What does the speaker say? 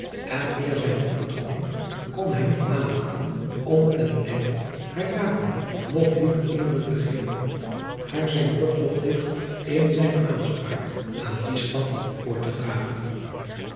en eer zij nog vertrokken kon hij niet nalaten om ten einde haar daarvan een nog dieper indruk te geven haar zijn kort lofdicht in zijne aanspraak aan die stad voor te dragen